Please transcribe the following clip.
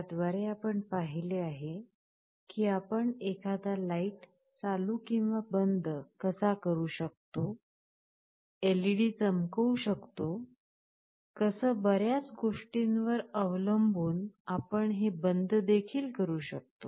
त्या द्वारे आपण पाहिले आहे की आपण एखादा लाईट चालू किंवा बंद कसा करू शकतो एलईडी चमकवू शकतो कस बर्याच गोष्टींवर अवलंबून आपण हे बंद देखील करू शकतो